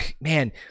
man